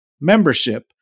Membership